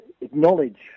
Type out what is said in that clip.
acknowledge